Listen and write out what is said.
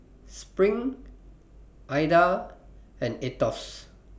SPRING Ida and Aetos